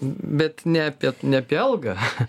bet ne apie ne apie algą